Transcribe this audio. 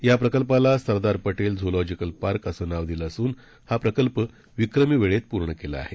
या प्रकल्पाला Sardar Patel zoological park असं नाव दिलं असून हा प्रकल्प विक्रमी वेळेत पूर्ण केला आहे